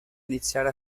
iniziare